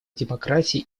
демократии